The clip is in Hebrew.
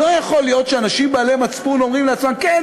לא יכול להיות שאנשים בעלי מצפון אומרים לעצמם: כן,